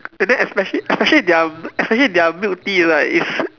and then especially especially their especially their milk tea right is